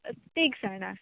तीग जायना